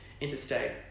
interstate